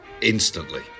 instantly